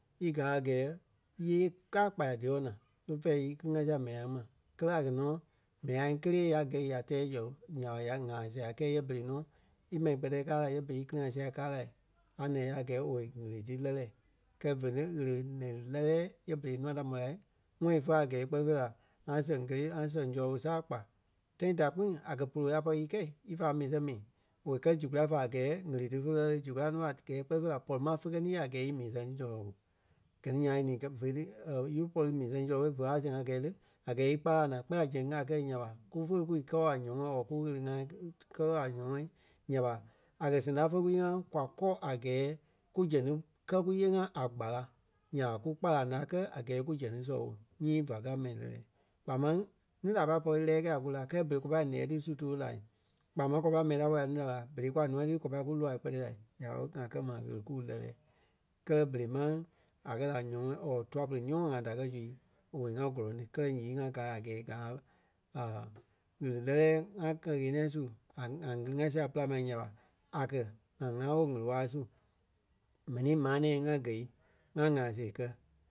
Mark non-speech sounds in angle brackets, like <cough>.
í gaa a gɛɛ nyéei ká kpaya díwɔ naa ɓe fɛ̂ɛ í kili-ŋa sia mɛni ŋai ma. Kɛ́lɛ a kɛ̀ nɔ mɛni ŋai ŋí kelee ya gɛ̂i ya test sɔlɔ ɓo nya ɓa ya ŋa sia kɛɛ yɛ berei nɔ í mɛni kpɛtɛ kaa la yɛ berei í kili-ŋa sia kaa lai. A nɛ̃ɛ a gɛɛ owei ɣele ti lɛ́lɛ kɛ fe nɔ ɣele nɛ lɛ́lɛ yɛ berei nûa da mò la ŋ́ɔi fe a gɛɛ kpɛni la ŋa sɛŋ kelee ŋa sɛŋ zɔlɔ ɓo saa kpa tãi ta kpîŋ a kɛ̀ púlu a pɔri í kɛ̂i ífa mii sɛŋ mii owei kɛɛ zu kulâi fa a gɛɛ ɣele ti fé nɛlɛɛ zu kulai nɔ a gɛɛ kpɛni fêi la pɔri ma fé kɛ̀ ní ya a gɛɛ í mii sɛŋ zɔlɔ ɓo. Gɛ ni nyaŋ e ní kɛ̀ vé ti <hesitation> ífe pɔri mii sɛŋ zɔlɔ ɓo ve a sɛŋ a gɛɛ le. A gɛɛ íkpala a naa kpɛɛ la zɛŋ a kɛ nya ɓa kú folo kpîŋ kɔ a nyɔmɔɔ or kú ɣele ŋai kɛ a nyɔmɔɔ nya ɓa a kɛ̀ sɛŋ ta fe kúyee-ŋa kwa kɔ a gɛɛ ku zɛŋ ti kɛ́ kúyee-ŋa a kpala, nya ɓa kú kpálaŋ ŋai kɛ́ a gɛɛ kú zɛŋ ti sɔlɔ ɓo nyii va kɛ̀ a mɛni lɛlɛɛ. Kpaa máŋ núu da a pai pɔri lɛ́ɛ kɛ̂i a kú láa kɛɛ berei kwa pai nɛ̀ɛ ti su too la kpaa máŋ kwa pai mɛni da môi a nuu ta laa. Berei kwa nûa ti kwa pai kú loai kpɛtɛ la nya ɓé ŋa kɛ́ mai ɣele kuu lɛlɛɛ. Kɛ́lɛ berei mȧŋ a kɛ la a nyɔmɔɔ or tûa-pere nyɔ́mɔɔ ŋai da kɛ zu owei ŋai gɔ́lɔŋ ti, kɛlɛ nyii ŋa gaa a gɛɛ gáa <hesitation> ɣele lɛ́lɛ ŋa kɛ-ɣeniɛi su ŋa- ŋa- ŋili-ŋa sia e pîlaŋ ma nya ɓa a kɛ̀ ŋa ŋaa ɓɔ ɣele waa su mɛni maa nɛ̃ɛ ŋá gɛ̂i ŋa ŋaa sée kɛ